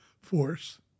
force